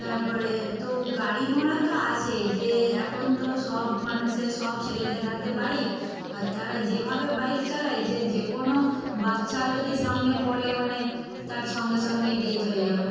তারপরে তো গাড়ি ঘোড়া তো আছেই যে এখন তো সব মানুষের সব ছেলেদের হাতে বাইক আর তারা যেভাবে বাইক চালায় যে যে কোনো বাচ্চা যদি সামনে পড়ে মানে তার সঙ্গে সঙ্গেই ডেথ হয়ে যাবে